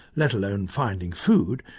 let alone finding food,